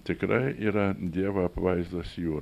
tikrai yra dievo apvaizdos juo